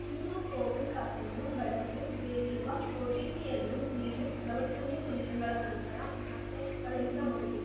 ನಿಮ್ಮ ಕೋವಿನ್ ಖಾತೆಯನ್ನು ಬಳಸಲು ಬೇಕಿರುವ ಒ ಟಿ ಪಿ ಯನ್ನು ನೀವು ನಲವತ್ತೊಂದು ನಿಮಿಷಗಳ ನಂತರ ಮತ್ತೆ ಕಳುಹಿಸಬಹುದು